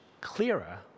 clearer